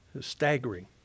staggering